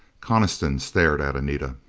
coniston stared at anita.